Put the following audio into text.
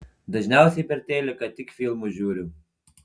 dažniausiai per teliką tik filmus žiūriu